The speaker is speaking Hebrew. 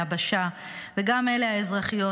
ביבשה וגם באלה האזרחיות,